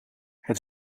het